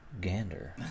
Gander